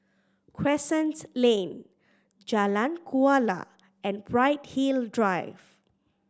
Crescent Lane Jalan Kuala and Bright Hill Drive